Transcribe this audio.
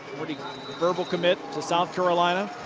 verbal commit to south carolina.